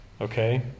Okay